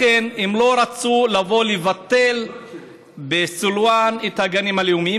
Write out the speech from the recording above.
הם לא רצו לבוא ולבטל בסילוואן את הגנים הלאומיים,